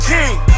King